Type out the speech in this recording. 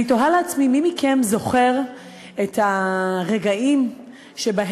אני תוהה לעצמי מי מכם זוכר את הרגעים שבהם